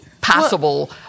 possible